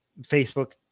Facebook